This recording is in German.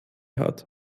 hat